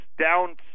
down